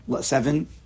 seven